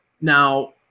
Now